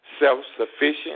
self-sufficient